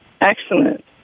Excellent